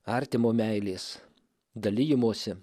artimo meilės dalijimosi